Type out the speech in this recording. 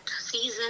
season